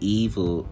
evil